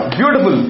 Beautiful